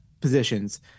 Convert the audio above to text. positions